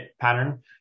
pattern